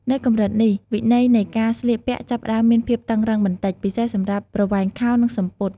នៅកម្រិតនេះ វិន័យនៃការស្លៀកពាក់ចាប់ផ្តើមមានភាពតឹងរ៉ឹងបន្តិច ពិសេសសម្រាប់ប្រវែងខោ និងសំពត់។